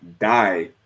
die